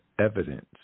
evidence